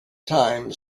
time